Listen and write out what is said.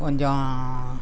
கொஞ்சம்